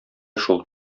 шул